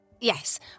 Yes